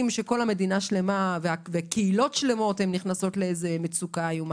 שמדינה שלמה וקהילות שלמות נכנסות למצוקה איומה.